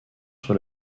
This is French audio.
sur